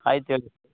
ಆಯ್ತು ಹೇಳಿ